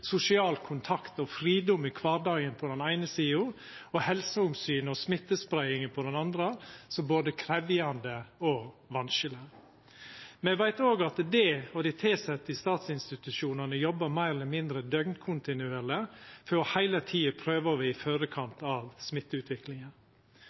sosial kontakt og fridom i kvardagen på den eine sida og helseomsyn og smittespreiing på den andre, som både krevjande og vanskeleg. Me veit òg at dei og dei tilsette i statsinstitusjonane jobbar meir eller mindre døgnkontinuerleg for heile tida å prøva å vera i